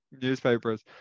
newspapers